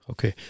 Okay